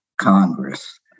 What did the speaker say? Congress